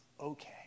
okay